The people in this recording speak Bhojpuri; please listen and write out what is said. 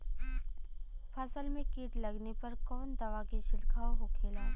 फसल में कीट लगने पर कौन दवा के छिड़काव होखेला?